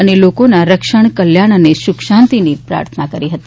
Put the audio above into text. શ્રી શાહે લોકોના રક્ષણ કલ્યાણ અને સુખશાંતિની પ્રાર્થના કરી હતી